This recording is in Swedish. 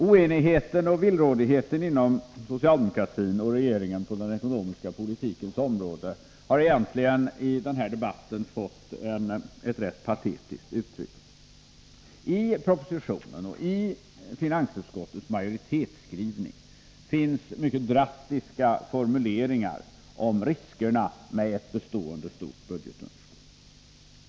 Oenigheten och villrådigheten inom socialdemokratin och inom regeringen på den ekonomiska politikens område har i den här debatten egentligen fått ett rätt patetiskt uttryck. I propositionen och i finansutskottets majoritetsskrivning finns mycket drastiska formuleringar om riskerna med ett bestående stort budgetunderskott.